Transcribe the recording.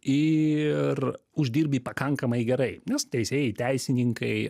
ir uždirbi pakankamai gerai nes teisėjai teisininkai